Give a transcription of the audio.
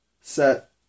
set